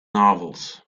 novels